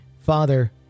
Father